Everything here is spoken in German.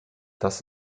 das